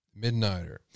Midnighter